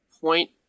point